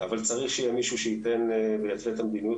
אבל צריך שיהיה מישהו שייתן ויעשה את המדיניות